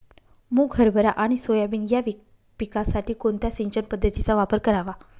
मुग, हरभरा आणि सोयाबीन या पिकासाठी कोणत्या सिंचन पद्धतीचा वापर करावा?